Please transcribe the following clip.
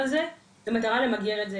במטרה למגר את זה.